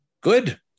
good